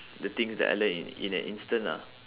the things that I learn in in an instant lah